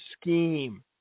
scheme